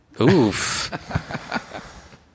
Oof